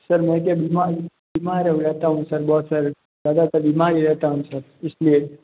sir मैं क्या बीमार बीमार हो गया था सर बहुत सर ज़्यादातर बीमार ही रहता हूँ सर इसलिए